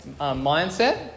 mindset